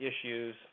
issues